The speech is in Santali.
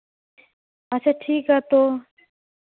ᱟᱪᱪᱷᱟ ᱴᱷᱤᱠ ᱜᱮᱭᱟ ᱛᱳ